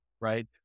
right